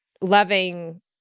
loving